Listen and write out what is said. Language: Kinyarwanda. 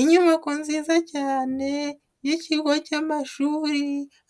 Inyubako nziza cyane y'ikigo cy'amashuri,